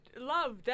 love